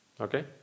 okay